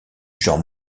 genre